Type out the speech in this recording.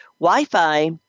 Wi-Fi